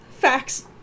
Facts